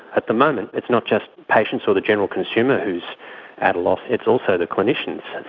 at the moment it's not just patients or the general consumer who is at a loss, it's also the clinicians.